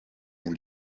ont